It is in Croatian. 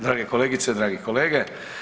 Drage kolegice, drage kolege.